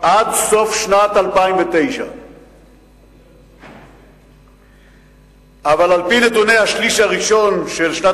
עד סוף שנת 2009. אבל על-פי נתוני השליש הראשון של שנת